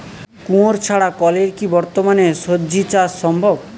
কুয়োর ছাড়া কলের কি বর্তমানে শ্বজিচাষ সম্ভব?